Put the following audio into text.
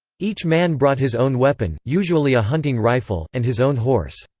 each man brought his own weapon, usually a hunting rifle, and his own horse.